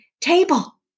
table